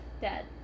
dead